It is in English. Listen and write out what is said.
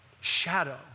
shadow